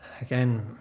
Again